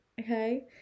Okay